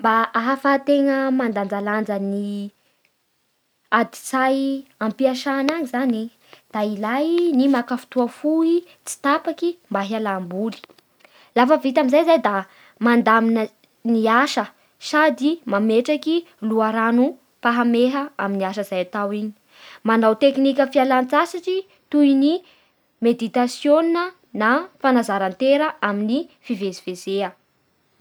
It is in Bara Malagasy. Mba ahafahantegna mandanjalanja ny adi-tsay ampiasana any zany e, da ilay ny maka fotoa tsy tapaky mba hialam-boly, lafa vita amin'izay zay da mandamina ny mandamina ny asa sady matraky loharanom-pahameha amin'ny asa izay hatao iny, manao tekinika fialan-tsasatsy toy ny meditasiona na fanazara-tena amin'ny fivezivezea.